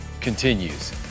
continues